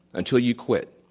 until you quit.